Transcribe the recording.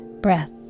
breath